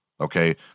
okay